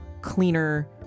cleaner